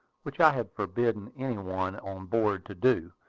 which i had forbidden any one on board to do,